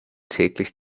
täglich